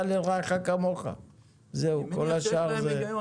מה ההיגיון